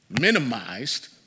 minimized